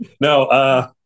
No